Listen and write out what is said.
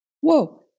whoa